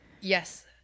Yes